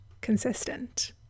consistent